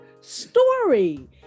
story